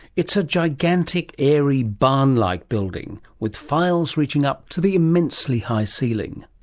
it's a gigantic, airy, barn-like building, with files reaching up to the immensely high ceiling.